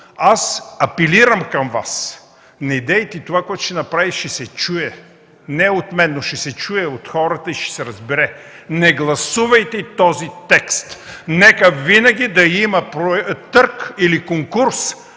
Апелирам към Вас: недейте да правите това, защото ще се чуе не от мен, но ще се чуе от хората и ще се разбере! Не гласувайте този текст! Нека винаги да има търг или конкурс,